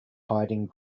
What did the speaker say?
hiding